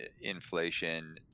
inflation